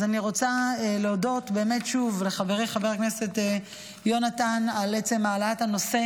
אז אני רוצה להודות באמת שוב לחברי חבר הכנסת יונתן על עצם העלאת הנושא.